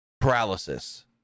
Paralysis